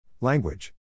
Language